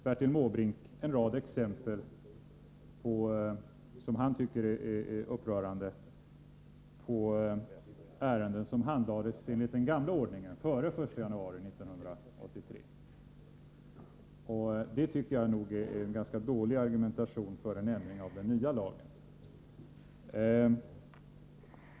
Bertil Måbrink drog en rad exempel som han tycker är upprörande på ärenden som handlades enligt den gamla ordningen, dvs. före den 1 januari 1983. Det tycker jag nog är en ganska dålig argumentation för en ändring av den nya lagen.